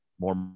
more